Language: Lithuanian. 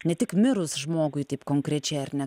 ne tik mirus žmogui taip konkrečiai ar ne